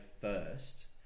first